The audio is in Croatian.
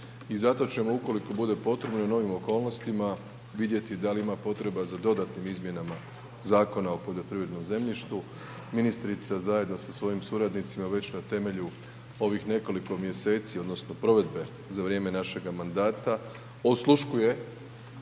I zato ćemo ukoliko bude potrebno i u novim okolnostima vidjeti da li ima potreba za dodatnim izmjenama Zakona o poljoprivrednom zemljištu, ministrica zajedno sa svojim suradnicima već na temelju ovih nekoliko mjeseci odnosno provedbe za vrijeme našega mandata osluškuje